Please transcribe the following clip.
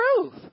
truth